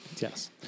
yes